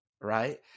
right